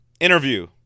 Interview